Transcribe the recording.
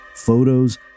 photos